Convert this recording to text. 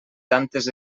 tantes